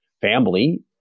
family